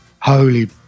holy